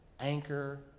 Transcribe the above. anchor